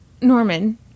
Norman